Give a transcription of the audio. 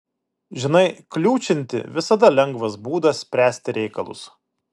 žinai kliūčinti visada lengvas būdas spręsti reikalus